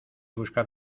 buscar